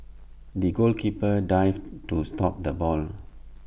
the goalkeeper dived to stop the ball